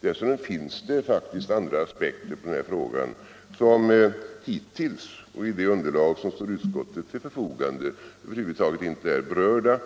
Dessutom finns det faktiskt andra aspekter på denna fråga, som hittills med det underlag som stått utskottet till buds över huvud taget inte är berörda.